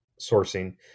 sourcing